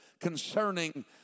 concerning